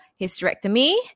hysterectomy